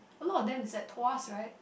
a lot of them is at Tuas right